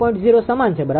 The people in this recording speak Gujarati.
0 સમાન છે બરાબર